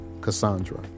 Cassandra